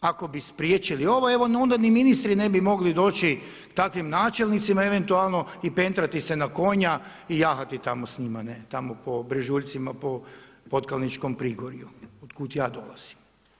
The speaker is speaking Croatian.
Ako bi spriječili ovo evo onda ni ministri ne bi mogli doći takvim načelnicima eventualno i pentrati se na konja i jahati tamo s njima, tamo po brežuljcima po podkalničkom prigorju otkuda ja dolazim.